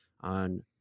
on